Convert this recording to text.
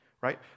right